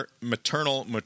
maternal